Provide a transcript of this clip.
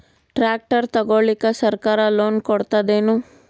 Tractor ತಗೊಳಿಕ ಸರ್ಕಾರ loan ಕೊಡತದೇನು?